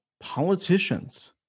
politicians